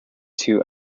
two